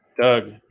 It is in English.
Doug